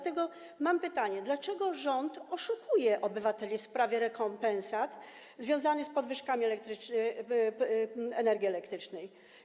Stąd mam pytanie: Dlaczego rząd oszukuje obywateli w sprawie rekompensat związanych z podwyżkami cen energii elektrycznej?